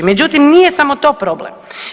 Međutim, nije samo to problem.